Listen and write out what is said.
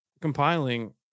Compiling